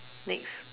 next